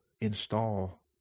install